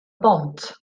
bont